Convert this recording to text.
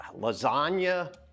Lasagna